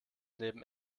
neben